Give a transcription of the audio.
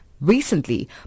recently